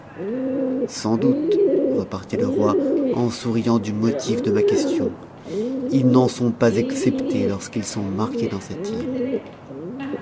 sans doute repartit eroi en souriant du motif de ma question ils n'en sont pas exceptés ors m'i s sont mariés dans cette île